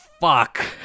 fuck